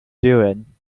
doing